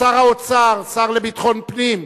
שר האוצר, השר לביטחון פנים,